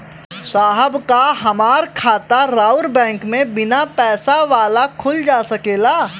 साहब का हमार खाता राऊर बैंक में बीना पैसा वाला खुल जा सकेला?